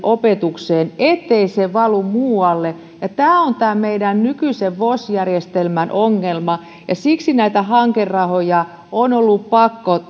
opetukseen eikä valu muualle tämä on tämän meidän nykyisen vos järjestelmämme ongelma ja siksi näitä hankerahoja on ollut pakko